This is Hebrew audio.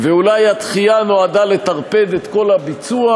ואולי הדחייה נועדה לטרפד את כל הביצוע,